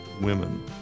women